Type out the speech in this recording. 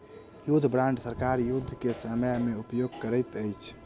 युद्ध बांड सरकार युद्ध के समय में उपयोग करैत अछि